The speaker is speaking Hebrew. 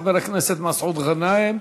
חבר הכנסת מסעוד גנאים,